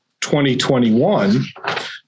2021